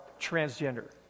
transgender